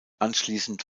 anschließend